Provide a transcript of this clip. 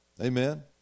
Amen